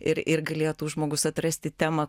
ir ir galėtų žmogus atrasti temą